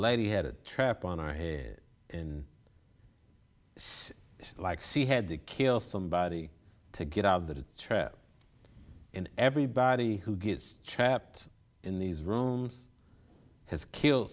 lady had a trap on our head and it's like see had to kill somebody to get out of the trap and everybody who gets trapped in these rooms has killed